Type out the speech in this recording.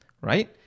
right